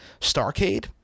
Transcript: Starcade